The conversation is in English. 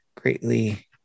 greatly